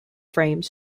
frame